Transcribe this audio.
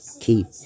keep